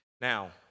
Now